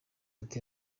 ati